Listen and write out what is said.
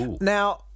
Now